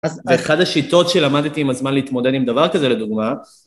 ואחת השיטות שלמדתי עם הזמן להתמודד עם דבר כזה, לדוגמה,